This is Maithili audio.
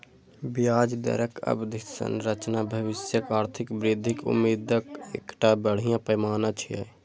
ब्याज दरक अवधि संरचना भविष्यक आर्थिक वृद्धिक उम्मीदक एकटा बढ़िया पैमाना छियै